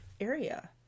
area